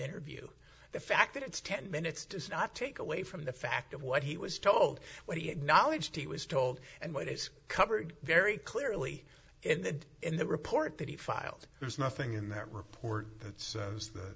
interview the fact that it's ten minutes does not take away from the fact of what he was told what he acknowledged he was told and what is covered very clearly in the in the report that he filed there's nothing in that report that